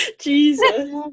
Jesus